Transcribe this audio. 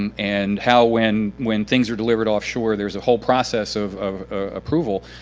and and how, when when things are delivered offshore, there's a whole process of of approval.